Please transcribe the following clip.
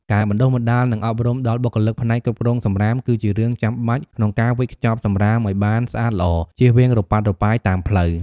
ការបណ្តុះបណ្តាល និងអប់រំដល់បុគ្គលិកផ្នែកគ្រប់គ្រងសំរាម គឺជារឿងចាំបាច់ក្នុងការវេចខ្ចប់សម្រាមឲ្យបានស្អាតល្អ ជៀសវាងរប៉ាត់រប៉ាយតាមផ្លូវ។